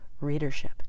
readership